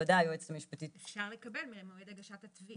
ובוודאי היועצת המשפטית --- אפשר לקבל מהם מועד הגשת התביעה.